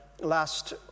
last